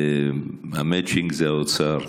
המצ'ינג זה האוצר,